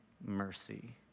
mercy